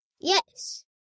Yes